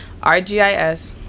rgis